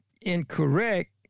incorrect